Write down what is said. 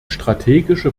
strategische